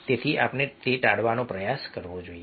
તેથી આપણે ટાળવાનો પ્રયાસ કરવો જોઈએ